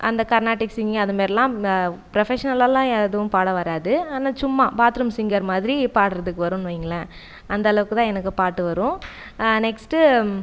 அந்த கர்நாடிக் சிங்கிங் அது மாதிரிலா ப்ரோபாசனல்லாலாம் எதுவும் பாட வராது ஆனா சும்மா பாத்ரூம் சிங்கர் மாதிரி பாடுறதுக்கு வருன்னு வைங்கள அந்த அளவுக்கு தான் எனக்கு பாட்டு வரும் நெக்ஸ்ட்டு